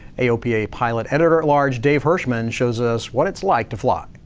aopa pilot editor at large, dave hirschman shows us what it's like to fly.